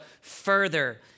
further